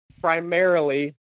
primarily